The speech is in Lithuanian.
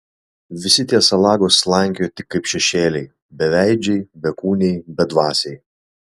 visi tie salagos slankioja tik kaip šešėliai beveidžiai bekūniai bedvasiai